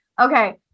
Okay